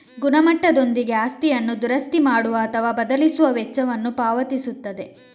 ಗುಣಮಟ್ಟದೊಂದಿಗೆ ಆಸ್ತಿಯನ್ನು ದುರಸ್ತಿ ಮಾಡುವ ಅಥವಾ ಬದಲಿಸುವ ವೆಚ್ಚವನ್ನು ಪಾವತಿಸುತ್ತದೆ